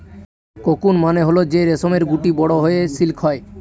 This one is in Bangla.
কোকুন মানে হল যে রেশমের গুটি বড়ো হয়ে সিল্ক হয়